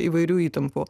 įvairių įtampų